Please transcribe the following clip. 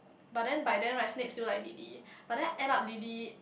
but then by then right Snape still like Lily but then end up Lily